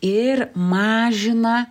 ir mažina